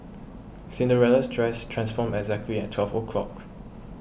Cinderella's dress transformed exactly at twelve o'clock